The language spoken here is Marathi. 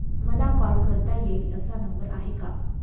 मला कॉल करता येईल असा नंबर आहे का?